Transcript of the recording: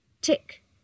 tick